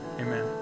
Amen